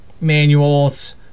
manuals